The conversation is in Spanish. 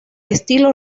estilo